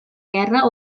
guerra